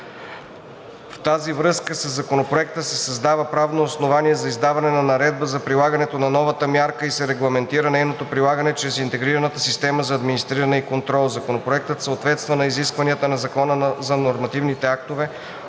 В тази връзка със Законопроекта се създава правно основание за издаване на наредба за прилагането на новата мярка и се регламентира нейното прилагане чрез Интегрираната система за администриране и контрол. Законопроектът съответства на изискванията на Закона за нормативните актове,